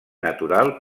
natural